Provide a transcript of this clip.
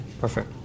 Perfect